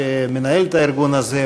שמנהל את הארגון הזה,